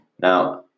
Now